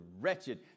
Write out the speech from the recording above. wretched